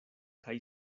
kaj